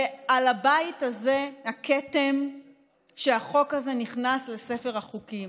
ועל הבית הזה הכתם שהחוק הזה נכנס לספר החוקים.